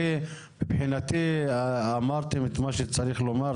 מבחינתי אמרתם את מה שצריך לומר.